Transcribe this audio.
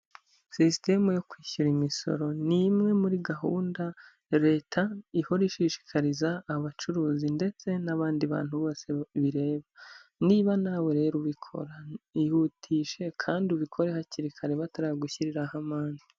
Sisitemu yo kwishyura imisoro, ni imwe muri gahunda ya leta ihora ishishikariza abacuruzi ndetse n'abandi bantu bose bireba. Niba nawe rero ubikora, ihutishe kandi ubikore hakiri kare bataragushyiriraho amande.